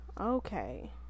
Okay